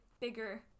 bigger